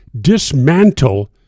dismantle